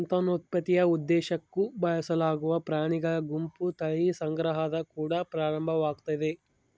ಸಂತಾನೋತ್ಪತ್ತಿಯ ಉದ್ದೇಶುಕ್ಕ ಬಳಸಲಾಗುವ ಪ್ರಾಣಿಗಳ ಗುಂಪು ತಳಿ ಸಂಗ್ರಹದ ಕುಡ ಪ್ರಾರಂಭವಾಗ್ತತೆ